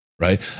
right